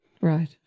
right